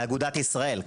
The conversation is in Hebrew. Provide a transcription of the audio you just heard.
אגודת ישראל.